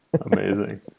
Amazing